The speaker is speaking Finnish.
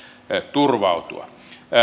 turvautua